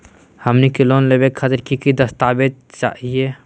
हमनी के लोन लेवे खातीर की की दस्तावेज चाहीयो?